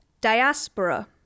Diaspora